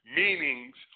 meanings